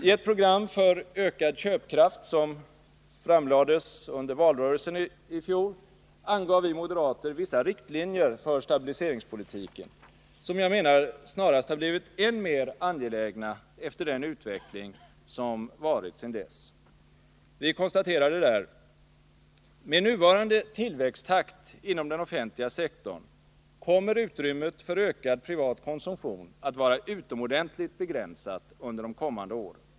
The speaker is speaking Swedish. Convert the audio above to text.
I ett program för ökad köpkraft, som framlades under valrörelsen i fjol, angav vi moderater vissa riktlinjer för stabiliseringspolitiken, som jag menar snarast har blivit än mer angelägna efter den utveckling som varit sedan dess. Vi konstaterade där: ”Med nuvarande tillväxttakt inom den offentliga sektorn kommer utrymmet för ökad privat konsumtion att vara utomordentligt begränsat under de kommande åren.